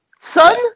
son